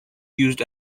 used